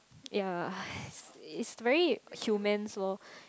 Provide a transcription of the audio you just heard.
ya it's very human's loh